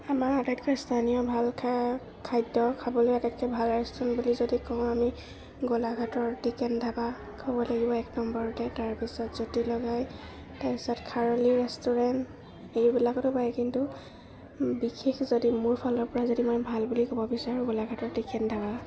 আমাৰ আটাইতকৈ স্থানীয় ভাল খা খাদ্য খাবলৈ আটাইতকৈ ভাল ৰেষ্টুৰেণ্ট বুলি যদি কওঁ আমি গোলাঘাটৰ টিকেন ধাবা ক'ব লাগিব এক নম্বৰতে তাৰপিছত জুতি লগাই তাৰপিছত খাৰলি ৰেষ্টুৰেণ্ট এইবিলাকতো পায় কিন্তু বিশেষ যদি মোৰ ফালৰ পৰা যদি মই ভাল বুলি ক'ব বিচাৰোঁ গোলাঘাটৰ টিকেন ধাবা